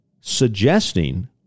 suggesting